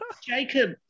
Jacob